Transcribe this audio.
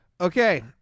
okay